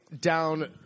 down